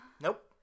Nope